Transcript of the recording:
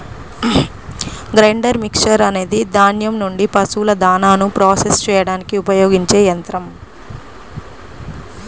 grinder mixer అనేది ధాన్యం నుండి పశువుల దాణాను ప్రాసెస్ చేయడానికి ఉపయోగించే యంత్రం